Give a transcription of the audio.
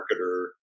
marketer